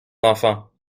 enfant